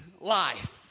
life